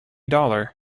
dollar